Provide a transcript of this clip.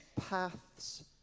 paths